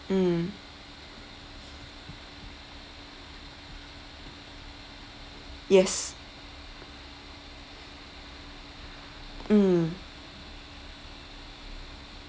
mm yes mm